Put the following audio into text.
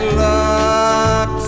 luck